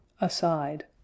Aside